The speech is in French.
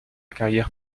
carrière